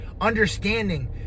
understanding